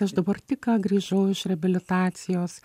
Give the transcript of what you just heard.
aš dabar tik ką grįžau iš reabilitacijos